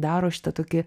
daro šitą tokį